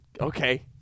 Okay